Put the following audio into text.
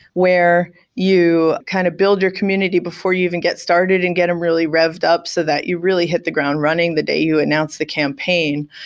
where you kind of build your community before you even get started and get them really revved up, so that you really hit the ground running the day you announce the campaign.